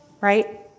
right